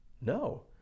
No